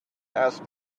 ask